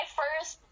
first